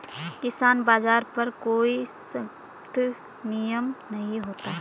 किसान बाज़ार पर कोई सख्त विनियम नहीं होता